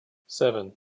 seven